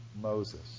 Moses